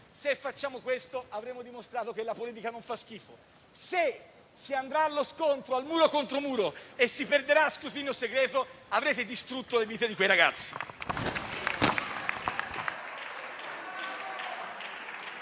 Se facciamo questo, avremo dimostrato che la politica non fa schifo. Se si andrà allo scontro, al muro contro muro, e si perderà a scrutinio segreto, avrete distrutto le vite di quei ragazzi.